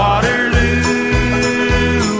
Waterloo